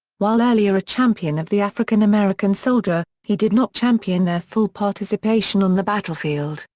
while earlier a champion of the african-american soldier, he did not champion their full participation on the battlefield,